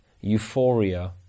euphoria